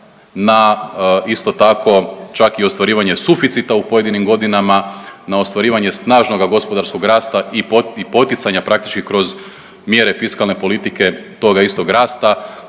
na isto tako čak i ostvarivanje suficita u pojedinim godinama, na ostvarivanje snažnoga gospodarskog rasta i poticanja praktički kroz mjere fiskalne politike toga istog rasta,